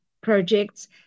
projects